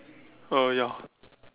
uh ya